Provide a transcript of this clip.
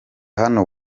hano